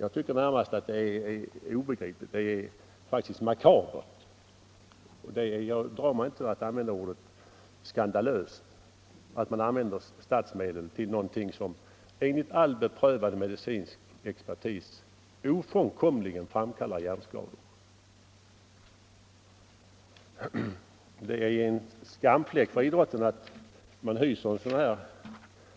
Jag tycker närmast att det är obegripligt och makabert — och jag drar mig inte för att bruka ordet skandalöst — att man använder statsmedel till någonting som enligt all beprövad medicinsk expertis ofrånkomligen framkallar hjärnskador. Det är en skamfläck för idrotten att man hyser en sådan